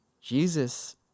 Jesus